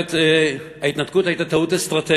שאומרת שההתנתקות הייתה טעות אסטרטגית